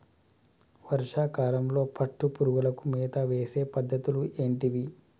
వర్షా కాలంలో పట్టు పురుగులకు మేత వేసే పద్ధతులు ఏంటివి?